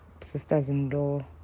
sisters-in-law